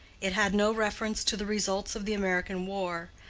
it had no reference to the results of the american war,